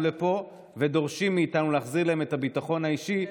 לפה ודורשים מאיתנו להחזיר להם את הביטחון האישי,